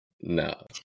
no